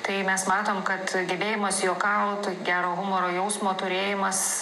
tai mes matom kad gebėjimas juokaut gero humoro jausmo turėjimas